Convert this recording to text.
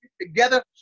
together